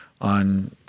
on